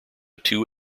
two